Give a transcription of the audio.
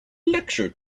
lecture